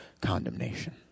condemnation